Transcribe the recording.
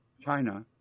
China